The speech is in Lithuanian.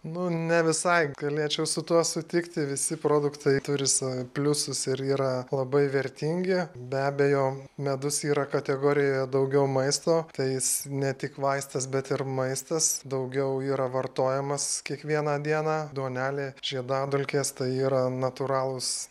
nu ne visai galėčiau su tuo sutikti visi produktai turi savo pliusus ir yra labai vertingi be abejo medus yra kategorijoje daugiau maisto tai jis ne tik vaistas bet ir maistas daugiau yra vartojamas kiekvieną dieną duonelė žiedadulkės tai yra natūralūs